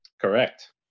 Correct